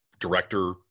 director